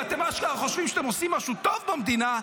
ואתם אשכרה חושבים שאתם עושים משהו טוב במדינה,